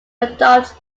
adopt